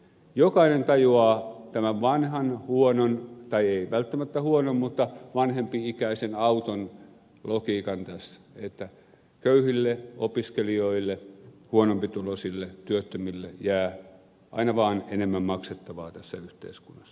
jokainen tajuaa tämän vanhan huonon tai ei välttämättä huonon mutta vanhempi ikäisen auton logiikan tässä että köyhille opiskelijoille huonompituloisille työttömille jää aina vaan enemmän maksettavaa tässä yhteiskunnassa